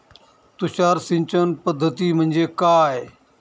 तुषार सिंचन पद्धती म्हणजे काय?